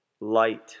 light